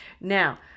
now